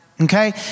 Okay